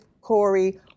Corey